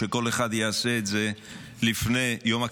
שכל אחד יעשה את זה לפני יום הכיפורים.